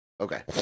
Okay